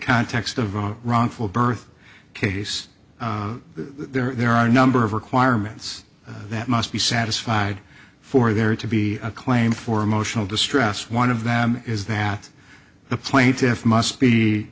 context of a wrongful birth case there are a number of requirements that must be satisfied for there to be a claim for emotional distress one of them is that the plaintiffs must be